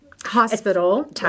Hospital